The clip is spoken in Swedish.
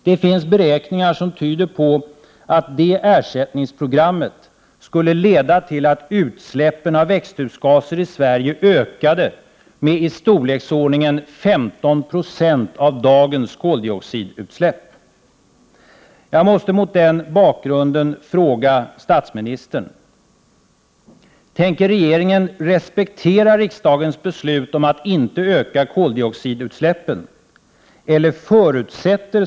Det finns beräkningar som tyder på att det ersättningsprogrammet skulle leda till att utsläppen av växthusgaser i Sverige ökade med i storleksordningen 15 96 av dagens koldioxidutsläpp.